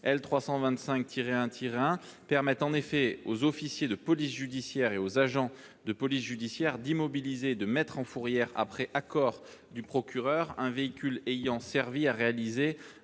la route permettent aux officiers de police judiciaire et aux agents de police judiciaire d'immobiliser et de mettre en fourrière, après accord du procureur, un véhicule ayant servi à réaliser